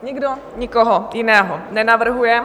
Nikdo nikoho jiného nenavrhuje.